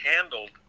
handled